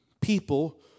people